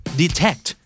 detect